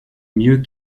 mieux